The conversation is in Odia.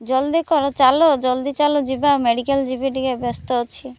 ଜଲ୍ଦି କର ଚାଲ ଜଲ୍ଦି ଚାଲ ଯିବା ମେଡ଼ିକାଲ ଯିବି ଟିକେ ବ୍ୟସ୍ତ ଅଛି